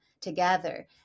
together